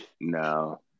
no